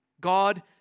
God